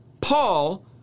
Paul